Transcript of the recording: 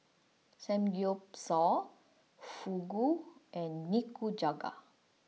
Samgeyopsal Fugu and Nikujaga